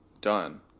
Done